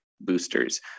boosters